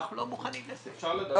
אנחנו לא מוכנים לזה.